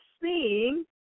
seeing